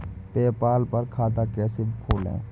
PayPal पर खाता कैसे खोलें?